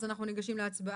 אנחנו ניגשים להצבעה.